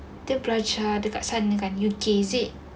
dia belajar dekat sana kan U_K is it